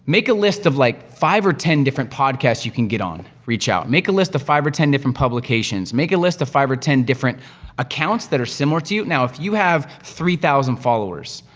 make a list of like five or ten different podcasts you can get on, reach out. make a list of five or ten different publications, make a list of five or ten different accounts that are similar to you. now, if you have three thousand followers,